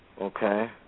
okay